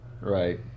Right